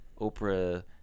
Oprah